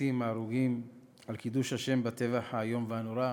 הנרצחים ההרוגים על קידוש השם בטבח האיום והנורא,